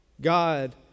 god